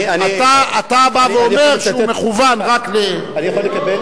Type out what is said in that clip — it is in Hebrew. אתה בא ואומר שהוא מכוּון רק, לא זאת כוונת